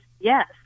yes